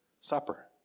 Supper